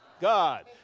God